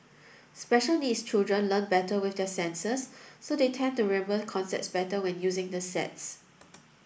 special needs children learn better with their senses so they tend to remember concepts better when using the sets